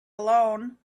alone